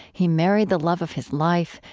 he married the love of his life,